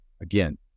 Again